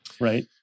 right